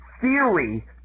theory